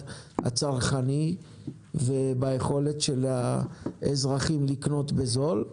הצרכני וביכולת של האזרחים לקנות בזול,